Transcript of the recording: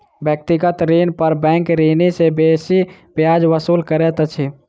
व्यक्तिगत ऋण पर बैंक ऋणी सॅ बेसी ब्याज वसूल करैत अछि